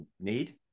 need